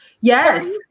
Yes